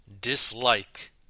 dislike